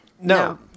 No